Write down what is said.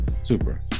Super